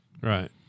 Right